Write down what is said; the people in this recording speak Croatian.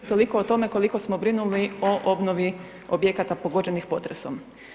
Toliko o tome koliko smo brinuli o obnovi objekata pogođenih potresom.